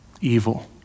evil